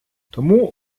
тому